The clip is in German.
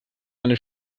meine